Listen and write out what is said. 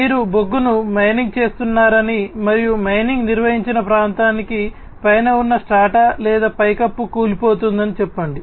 మీరు బొగ్గును మైనింగ్ చేస్తున్నారని మరియు మైనింగ్ నిర్వహించిన ప్రాంతానికి పైన ఉన్న స్ట్రాటా లేదా పైకప్పు కూలిపోతుందని చెప్పండి